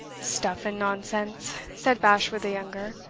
stuff and nonsense! said bashwood the younger,